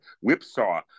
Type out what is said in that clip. whipsaw